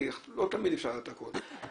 לא תמיד אפשר לדעת הכול,